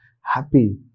happy